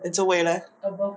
then 这位 leh